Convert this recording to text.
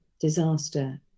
disaster